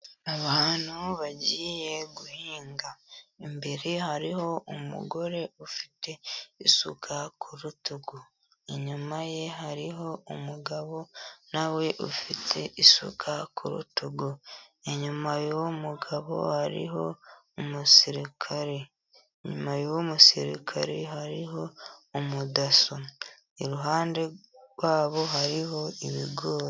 Abantu bagiye guhinga imbere hariho umugore ufite isuka ku rutugu, inyuma ye hariho umugabo nawe ufite isuka ku rutugu, inyuma y'uwo mugabo hariho umusirikare, inyuma y'uwo musirikare hariho umudaso, iruhande rwabo hariho ibigori.